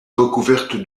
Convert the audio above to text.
recouverte